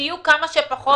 שיהיו כמה שפחות